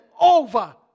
over